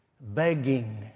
begging